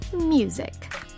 Music